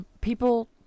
People